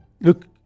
look